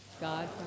God